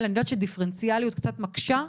אני יודעת שדיפרנציאליות קצת מקשה,